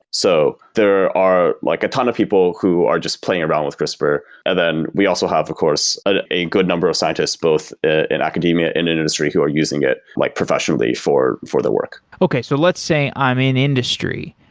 so there are like a ton of people who are just playing around with crispr, and then we also have of course ah a good number of scientists, both in academia and industry who are using it like professionally for for the work okay, so let's say i'm in industry,